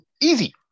Easy